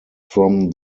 from